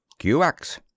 QX